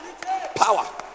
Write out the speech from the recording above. Power